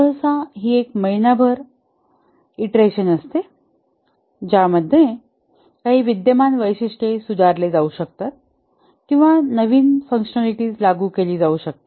सहसा ही एक महिनाभर ईंटरेशन असते ज्यामध्ये काही विद्यमान वैशिष्ट्ये सुधारली जाऊ शकतात किंवा काही नवीन फंकशनॅलिटीज लागू केली जाऊ शकते